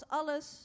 alles